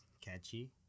catchy